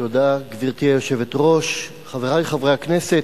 גברתי היושבת-ראש, חברי חברי הכנסת,